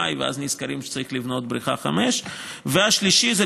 מאי ואז נזכרים שצריך לבנות את בריכה 5. והשלישי,